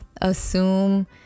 assume